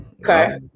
Okay